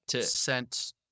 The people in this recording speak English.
sent